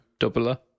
doubler